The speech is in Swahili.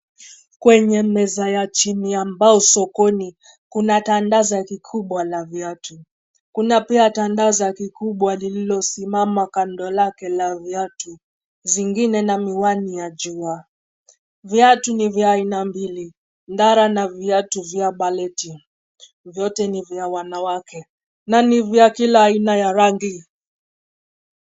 Kwenye meza ya chini ya mbao sokoni; kuna tandaza kikubwa la viatu. Kuna pia tandaza kikubwa lililosimama kando lake la viatu zingine na miwani ya jua. Viatu ni vya aina mbili ,ndara na viatu vya baleti. Vyote ni vya wanawake na ni vya kila aina ya rangi.